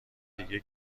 دیگه